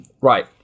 right